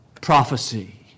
prophecy